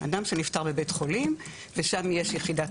אדם שנפטר בבית חולים ושם יש יחידת